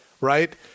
right